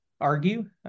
argue